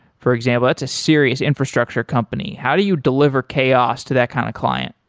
for example, that's a serious infrastructure company. how do you deliver chaos to that kind of client?